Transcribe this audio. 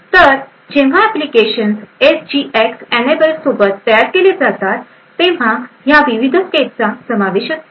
तर जेव्हा application SGX enable सोबत तयार केले जातात तेव्हा ह्या विविध स्टेपचा समावेश असतो